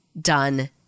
done